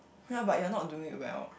while but you are not doing it well